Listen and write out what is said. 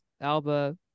Alba